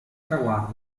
traguardo